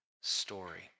story